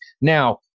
Now